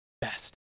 best